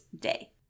day